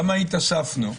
למה התאספנו כאן?